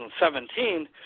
2017